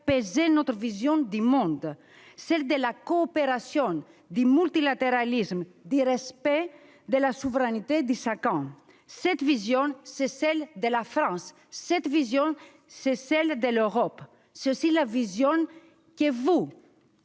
peser notre vision du monde : celle de la coopération, du multilatéralisme, du respect de la souveraineté de chacun. Cette vision, c'est celle de la France, c'est celle de l'Europe, mais c'est aussi la vision que le